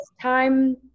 time